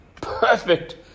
perfect